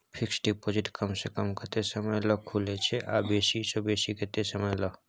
Fixed deposit कम स कम कत्ते समय ल खुले छै आ बेसी स बेसी केत्ते समय ल?